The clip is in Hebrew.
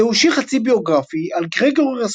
זהו שיר חצי-ביוגרפי על גריגורי רספוטין,